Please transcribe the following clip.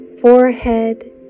forehead